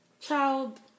child